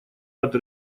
над